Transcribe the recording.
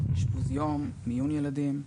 אשפוז יום, מיון ילדים.